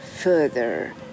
further